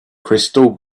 crystal